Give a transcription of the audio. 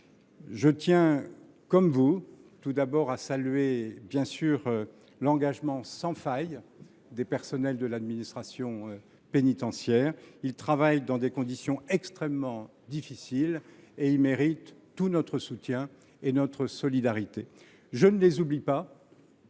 Je tiens, comme vous, à saluer l’engagement sans faille des personnels de l’administration pénitentiaire. Ils travaillent dans des conditions extrêmement difficiles et méritent tout notre soutien et notre solidarité – je ne les oublie pas.